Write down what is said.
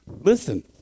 listen